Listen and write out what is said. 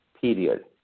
period